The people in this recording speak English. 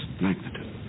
magnitude